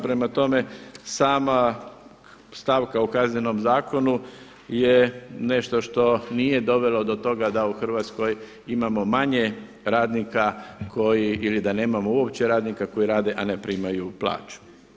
Prema tome, sama stavka u kaznenom zakonu je nešto što nije dovelo do toga da u Hrvatskoj imamo manje radnika koji, ili da nemamo uopće radnika koji rade a ne primaju plaću.